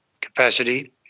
capacity